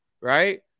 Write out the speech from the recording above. right